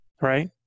right